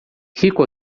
rico